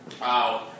Wow